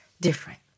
different